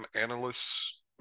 analysts